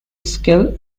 skill